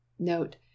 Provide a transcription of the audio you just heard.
Note